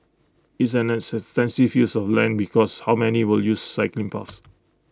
it's an extensive use of land because how many will use cycling paths